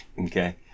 Okay